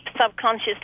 subconscious